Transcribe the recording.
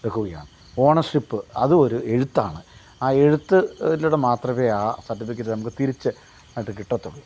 എടുക്കുകയാണ് ഓണർഷിപ്പ് അതും ഒരു എഴുത്താണ് ആ എഴുത്തിലൂടെ മാത്രമേ ആ സർട്ടിഫിക്കേറ്റ് നമുക്ക് തിരിച്ച് ആയിട്ട് കിട്ടത്തുള്ളൂ